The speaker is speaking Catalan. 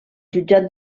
jutjat